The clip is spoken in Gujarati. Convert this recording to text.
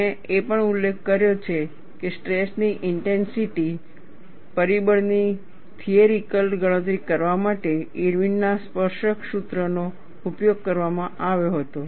મેં એ પણ ઉલ્લેખ કર્યો છે કે સ્ટ્રેસની ઇન્ટેન્સિટી ના પરિબળની થિયરેટિકલ ગણતરી કરવા માટે ઇરવિનના સ્પર્શક સૂત્ર Irwins tangent formulaનો ઉપયોગ કરવામાં આવ્યો હતો